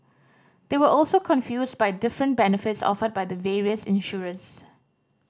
they were also confused by different benefits offered by the various insurers